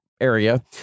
area